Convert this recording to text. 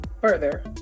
further